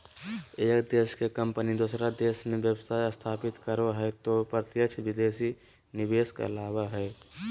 एक देश के कम्पनी दोसर देश मे व्यवसाय स्थापित करो हय तौ प्रत्यक्ष विदेशी निवेश कहलावय हय